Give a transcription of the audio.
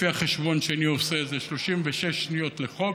לפי החשבון שאני עושה זה 36 שניות לחוק,